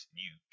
new